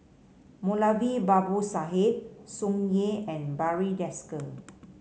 Moulavi Babu Sahib Tsung Yeh and Barry Desker